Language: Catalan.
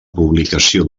publicació